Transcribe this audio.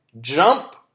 jump